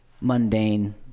mundane